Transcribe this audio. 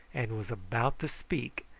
and was about to speak,